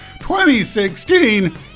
2016